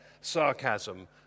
sarcasm